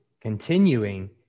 continuing